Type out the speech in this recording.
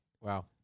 Wow